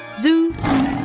Zoo